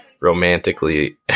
romantically